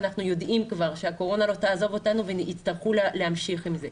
אנחנו יודעים כבר שהקורונה לא תעזוב אותנו ויצטרכו להמשיך עם זה.